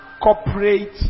corporate